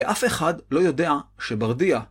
אף אחד לא יודע שברדיה